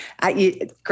Great